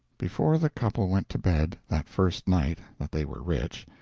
before the couple went to bed, that first night that they were rich,